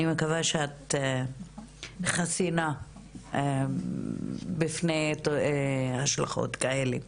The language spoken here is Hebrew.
אני מקווה שאת חסינה בפני השלכות כאלה.